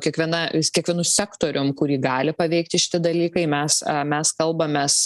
kiekviena kiekvienu sektorium kurį gali paveikti šiti dalykai mes mes kalbamės